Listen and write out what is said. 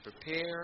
prepare